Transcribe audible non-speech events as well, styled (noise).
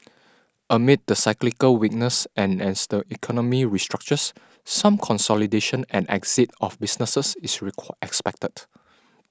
amid the cyclical weakness and as the economy restructures some consolidation and exit of businesses is (unintelligible) expected